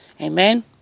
Amen